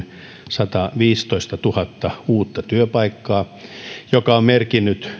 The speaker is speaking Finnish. sataviisitoistatuhatta uutta työpaikkaa mikä on merkinnyt